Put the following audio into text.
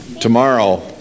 tomorrow